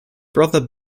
brother